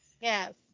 Yes